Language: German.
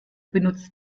benutzt